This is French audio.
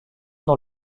dans